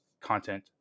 content